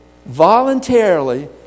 voluntarily